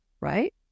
right